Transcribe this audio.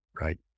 Right